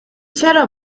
چرا